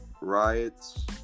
riots